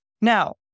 Now